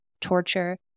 torture